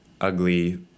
ugly